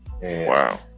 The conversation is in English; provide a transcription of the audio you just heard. Wow